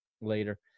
later